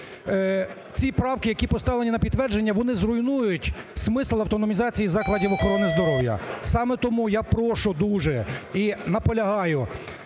Ці правки, які поставлені на підтвердження, вони зруйнують смисл автономізації закладів охорони здоров'я. Саме тому я прошу дуже і наполягаю